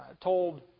told